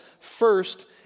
first